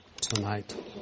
tonight